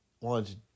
wanted